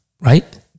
Right